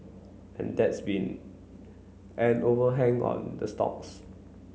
and that's been an overhang on the stocks